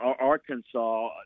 arkansas